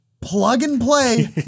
plug-and-play